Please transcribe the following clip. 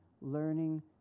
learning